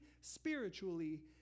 spiritually